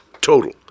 total